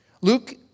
Luke